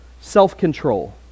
self-control